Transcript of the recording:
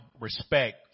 respect